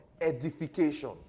Edification